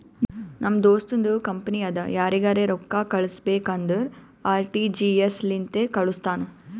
ನಮ್ ದೋಸ್ತುಂದು ಕಂಪನಿ ಅದಾ ಯಾರಿಗರೆ ರೊಕ್ಕಾ ಕಳುಸ್ಬೇಕ್ ಅಂದುರ್ ಆರ.ಟಿ.ಜಿ.ಎಸ್ ಲಿಂತೆ ಕಾಳುಸ್ತಾನ್